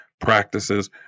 practices